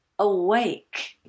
awake